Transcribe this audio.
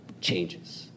changes